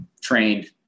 trained